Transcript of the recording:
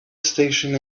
station